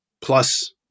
plus